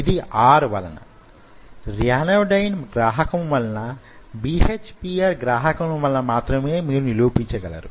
ఇది R వలన ryanodine గ్రాహకము వలన BHPR గ్రాహకముల వలన మాత్రమే మీరు నిరూపించగలరు